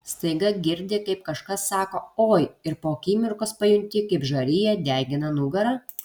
staiga girdi kaip kažkas sako oi ir po akimirkos pajunti kaip žarija degina nugarą